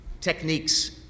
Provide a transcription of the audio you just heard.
techniques